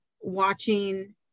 watching